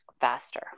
faster